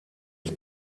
ist